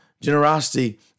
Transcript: Generosity